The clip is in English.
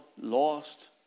Lost